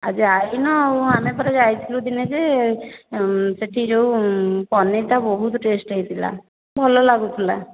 ଆଉ ଯାଇନ ଆଉ ଆମେ ପରା ଯାଇଥିଲୁ ଦିନେ ଯେ ସେଇଠି ଯେଉଁ ପନିର୍ଟା ବହୁତ ଟେଷ୍ଟ୍ ହୋଇଥିଲା ଭଲ ଲାଗୁଥିଲା